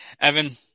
Evan